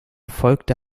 folgte